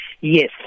Yes